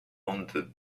ensuite